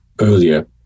earlier